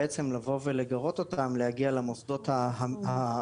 בעצם לבוא ולגרות אותם להגיע למוסדות המובילים,